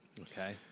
Okay